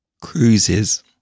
cruises